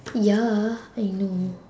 ya I know